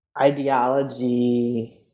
ideology